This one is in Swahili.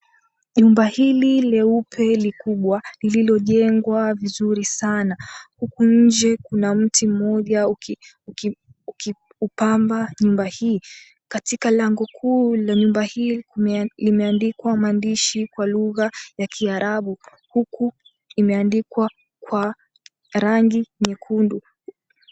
Jumba hili leupe likubwa lililojengwa vizuri sana, huku nje kuna mti mmoja ukiupamba nyumba hii. Katika lango kuu la nyumba hii limeandikwa maandishi kwa lugha ya kiarabu, huku imeandikwa kwa rangi nyekundu.